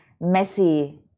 Messi